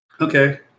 Okay